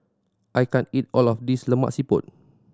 I can't eat all of this Lemak Siput